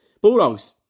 Bulldogs